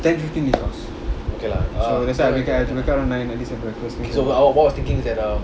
ten fifteen leave the house so that's why I wake up I have to wake up around nine